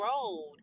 road